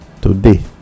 today